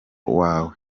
wawe